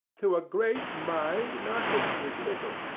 to a great mind, nothing is little,